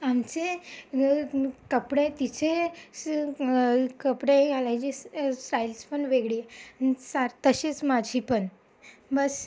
आमचे गं कपडे तिचे स कपडे घालायची स स्टाइल्सपण वेगळी आहे सार तशीच माझीपण बस